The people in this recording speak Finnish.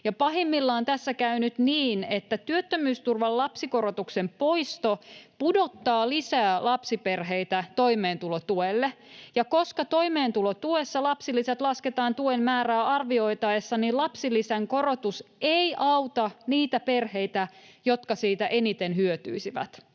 Pahimmillaan tässä käy nyt niin, että työttömyysturvan lapsikorotuksen poisto pudottaa lisää lapsiperheitä toimeentulotuelle, ja koska toimeentulotuessa lapsilisät lasketaan tuen määrää arvioitaessa, niin lapsilisän korotus ei auta niitä perheitä, jotka siitä eniten hyötyisivät.